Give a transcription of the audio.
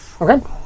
Okay